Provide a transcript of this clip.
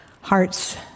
hearts